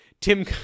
Tim